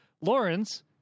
lawrence